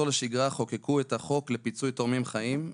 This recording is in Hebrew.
לשגרה חוקקו את החוק לפיצוי תורמים חיים.